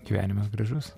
gyvenimas gražus